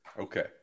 Okay